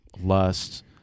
lust